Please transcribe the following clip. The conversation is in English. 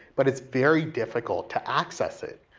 but it's very difficult to access it.